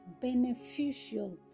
beneficial